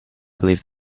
believe